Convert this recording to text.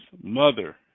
Mother